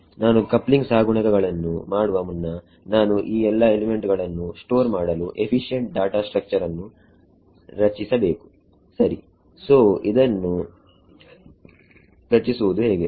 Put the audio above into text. ನಾನು ಕಪ್ಲಿಂಗ್ ಸಹಗುಣಕ ಗಳನ್ನು ಮಾಡುವ ಮುನ್ನ ನಾನು ಈ ಎಲ್ಲಾ ಎಲಿಮೆಂಟ್ ಗಳನ್ನು ಸ್ಟೋರ್ ಮಾಡಲು ಎಫಿಶಿಯೆಂಟ್ ಡಾಟಾ ಸ್ಟ್ರಕ್ಚರ್ ನ್ನು ರಚಿಸಬೇಕು ಸರಿ ಸೋಇದನ್ನು ರಚಿಸುವುದು ಏಕೆ